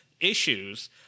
issues